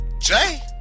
Jay